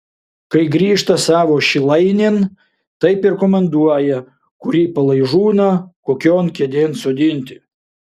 kai grįžta savo šilainėn taip ir komanduoja kurį palaižūną kokion kėdėn sodinti